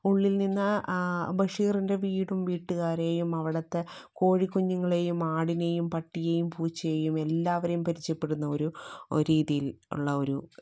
ഉള്ളിൽനിന്ന് ബഷിറിൻ്റെ വീടും വീട്ടുകാരെയും അവിടുത്തെ കോഴികുഞ്ഞുങ്ങളെയും ആടിനെയും പട്ടിയെയും പൂച്ചയേയും എല്ലാവരെയും പരിചയപ്പെടുന്നൊരു ഒരു രീതിയിൽ ഉള്ള ഒരു കഥ